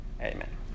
Amen